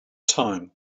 time